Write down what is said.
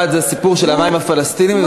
אחד זה הסיפור של המים הפלסטיניים,